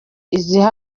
izihe